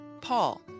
Paul